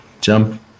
jump